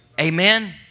Amen